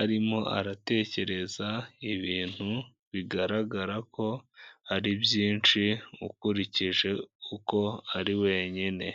arimo aratekereza ibintu bigaragara ko ari byinshi ukurikije uko ari wenyine.